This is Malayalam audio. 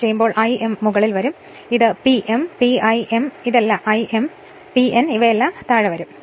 ഈ കോയിൽ ചെയ്യുമ്പോൾ I m മുകളിൽ വരും ഈ P m p l m ഇതാണ് l m ഈ p n എന്നിവ താഴെ വരും